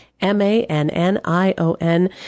M-A-N-N-I-O-N